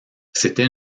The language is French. c’était